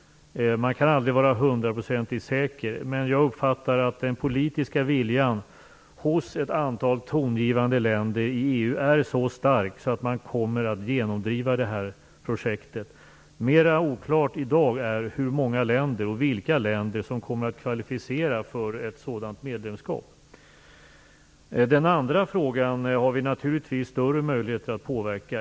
Man kan aldrig var hundraprocentigt säker, men jag uppfattar att den politiska viljan hos ett antal tongivande länder i EU är så stark att man kommer att genomdriva detta projekt. Mer oklart i dag är hur många länder och vilka länder som kommer att kvalificera sig för ett sådant medlemskap. I den andra frågan har vi naturligtvis större möjligheter att påverka.